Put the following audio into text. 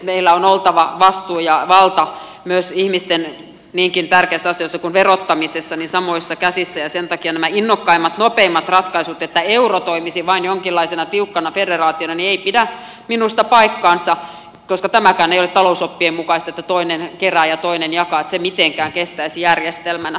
meillä on oltava vastuun ja vallan samoissa käsissä myös niinkin tärkeässä ihmisten asiassa kuin verottamisessa ja sen takia nämä innokkaimmat nopeimmat ratkaisut että euro toimisi vain jonkinlaisena tiukkana federaationa eivät pidä minusta paikkaansa koska tämäkään ei ole talousoppien mukaista että kun toinen kerää ja toinen jakaa se mitenkään kestäisi järjestelmänä